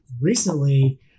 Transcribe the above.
Recently